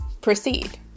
proceed